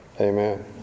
amen